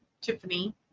Tiffany